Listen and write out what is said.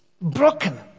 broken